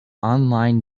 online